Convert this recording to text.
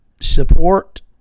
support